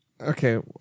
Okay